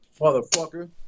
Motherfucker